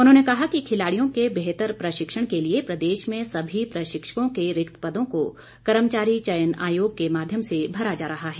उन्होंने कहा कि खिलाड़ियों के बेहतर प्रशिक्षण के लिए प्रदेश में सभी प्रशिक्षकों के रिक्त पदों को कर्मचारी चयन आयोग के माध्यम से भरा जा रहा है